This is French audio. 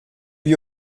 lui